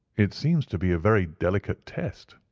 it seems to be a very delicate test,